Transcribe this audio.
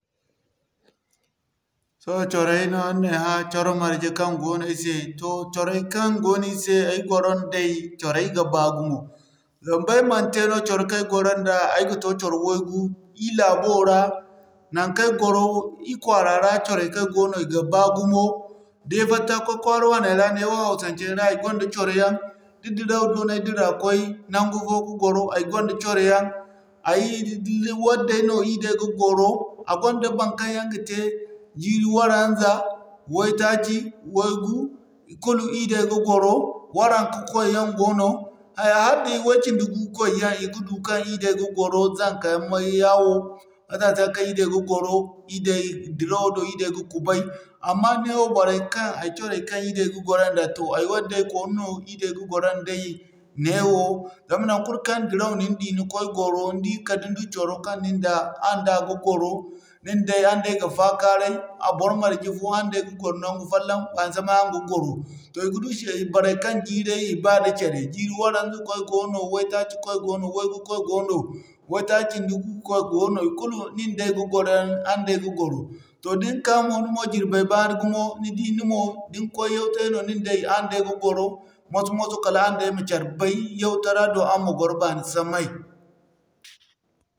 Sohõ coro no araŋ na ay hã coro marje kaŋ goono ay se, toh coray kaŋ goono ay se, ay goro nday, coray ga baa gumo. Zama ba ay man te no coro kaŋ ay gwaro nda ay ga toh coro way-gu, ir laabo ra naŋkaŋ ay gwaro ir kwaara ra, coray kay goono i ga baa gumo. Da ay fatta koy kwaara waanay ra neewo Hausancey ra ay gonda coro yaŋ, da diraw do no ay dira koy naŋgu fo ka gwaro ay gonda coro yaŋ, ay hidi di, waddey no iri day ga gwaro, a ganda baŋkaŋ yaŋ ga te jiiri waranza, waytaaci, waygu, ikulu ir day ga gwaro, waranka koy yaŋ goono, hay hala da Iway-cindi-gu koy yaŋ i ga du kaŋ ir day ga gwaro zaŋka yaŋ may yawo, matasa yaŋ kaŋ ir day ga gwaro, ir day, dirawo do ir day ga kubay. Amma neewo boray kaŋ, ay coray kaŋ ir day ga gwaro ala to ay waddey koonu no ir day ga gwaro n'day neewo. Zama naŋkul kaŋ diraw na ni di ni koy ka gwaro, ni di kala ni du coro kaŋ nin da, araŋ da ga gwaro, nin day araŋ day ga faakaray, bor marje fo araŋ day ga gwaro naŋgu fallaŋ baani samay araŋ go gwaro. Toh i ga du se boray kaŋ jiiray i ba da care, jiiri waranza koy goono, way-taaci koy goono, way-gu koy goono, way-taaci-cindi'gu koy goono ikulu nin day ga gwaro yaŋ, araŋ day ga gwaro. Toh din ka mo ni mo jirbey baa gumo, ni di ni mo da ni koy yau-taray no nin day, araŋ day ga gwaro moso-moso kala araŋ day ma care bay yau-tara do araŋ ma gwaro baani samay